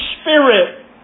Spirit